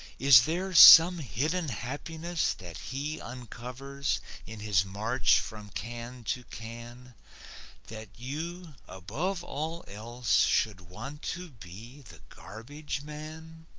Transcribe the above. is there some hidden happiness that he uncovers in his march from can to can that you above all else should want to be the garbage man?